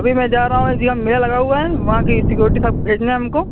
ابھی میں جا رہا ہوں ایک جگہ میلہ لگا ہوا ہے وہاں کی سکیورٹی بھیجنا ہے ہم کو